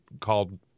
called